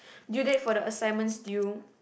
due date for the assignments due